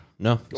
No